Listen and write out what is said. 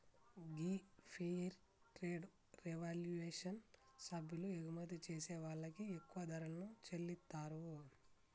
గీ fair trade revolution సభ్యులు ఎగుమతి చేసే వాళ్ళకి ఎక్కువ ధరలను చెల్లితారు